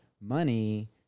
money